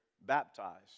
baptized